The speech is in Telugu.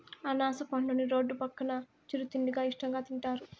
అనాస పండుని రోడ్డు పక్కన చిరు తిండిగా ఇష్టంగా తింటారు